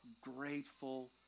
grateful